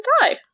die